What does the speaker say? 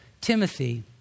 Timothy